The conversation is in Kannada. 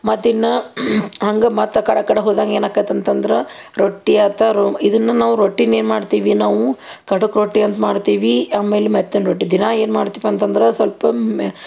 ಮತ್ತು ಇನ್ನು ಹಂಗೆ ಮತ್ತೆ ಆ ಕಡೆ ಆ ಕಡೆ ಹೋದಾಗ ಏನು ಆಗತ್ ಅಂತಂದ್ರೆ ರೊಟ್ಟಿ ಆತ ರೊ ಇದನ್ನು ನಾವು ರೊಟ್ಟಿನ ಏನು ಮಾಡ್ತೀವಿ ನಾವು ಖಡಕ್ ರೊಟ್ಟಿ ಅಂತ ಮಾಡ್ತೀವಿ ಆಮೇಲೆ ಮೆತ್ತನ್ನ ರೊಟ್ಟಿ ದಿನ ಏನು ಮಾಡ್ತೀವಿ ಅಂತಂದ್ರೆ ಸ್ವಲ್ಪ